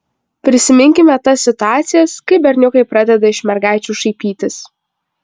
prisiminkime tas situacijas kai berniukai pradeda iš mergaičių šaipytis